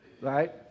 right